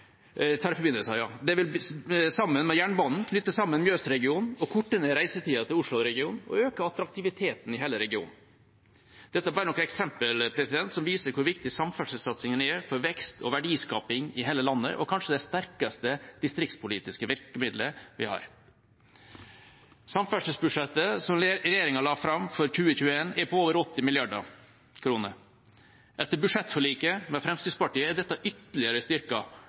Det vil sammen med jernbanen knytte sammen Mjøsregionen, korte ned reisetiden til Osloregionen og øke attraktiviteten i hele regionen. Dette er bare noen eksempler som viser hvor viktig samferdselssatsingen er for vekst og verdiskaping i hele landet og kanskje det sterkeste distriktspolitiske virkemiddelet vi har. Samferdselsbudsjettet som regjeringa la fram for 2021, er på over 80 mrd. kr. Etter budsjettforliket med Fremskrittspartiet er dette ytterligere